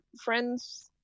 friends